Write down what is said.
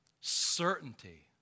certainty